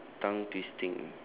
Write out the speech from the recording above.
tongue twisting